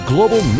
Global